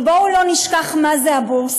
אבל בואו לא נשכח מה זה הבורסה.